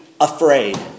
afraid